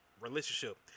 relationship